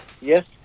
Yes